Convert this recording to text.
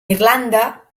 irlanda